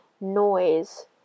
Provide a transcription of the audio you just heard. noise